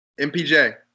MPJ